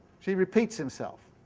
he repeats himself.